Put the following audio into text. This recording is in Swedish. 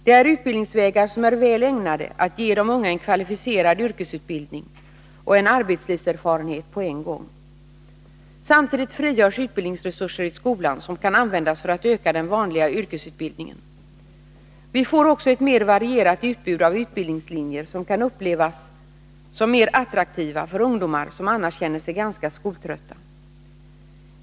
Det är utbildningsvägar som är väl ägnade att ge de unga en kvalificerad yrkesutbildning och en arbetslivserfarenhet på en gång. Samtidigt frigörs utbildningsresurser i skolan som kan användas för att öka den vanliga yrkesutbildningen. Vi får också ett mer varierat utbud av utbildningslinjer som kan upplevas som mer attraktiva av ungdomar som annars känner sig ganska skoltrötta.